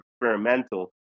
experimental